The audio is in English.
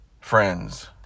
friends